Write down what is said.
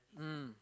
mm